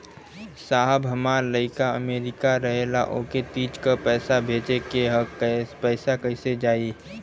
साहब हमार लईकी अमेरिका रहेले ओके तीज क पैसा भेजे के ह पैसा कईसे जाई?